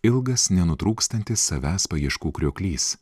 ilgas nenutrūkstantis savęs paieškų krioklys